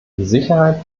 sicherheit